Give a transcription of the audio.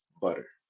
butter